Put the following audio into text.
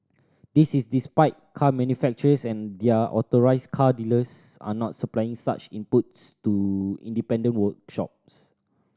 this is despite car manufacturers and their authorised car dealers not supplying such inputs to independent workshops